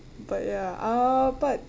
but ya uh but